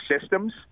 systems